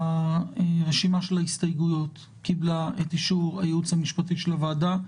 הרשימה של ההסתייגויות קיבלה את אישור הייעוץ המשפטי של הוועדה,